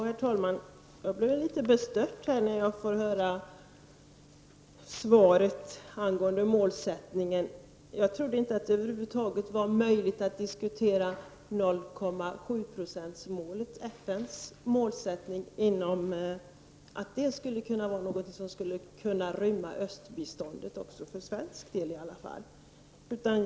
Herr talman! Jag blev litet bestört när jag fick höra svaret på frågan om målsättningen. Jag trodde inte att det över huvud taget var möjligt att diskutera att 0,7-procentsmålet, FN:s målsättning, skulle kunna rymma även Östeuropabiståndet, åtminstone inte för Sveriges del.